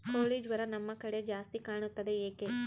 ಕೋಳಿ ಜ್ವರ ನಮ್ಮ ಕಡೆ ಜಾಸ್ತಿ ಕಾಣುತ್ತದೆ ಏಕೆ?